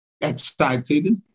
excited